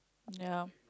ya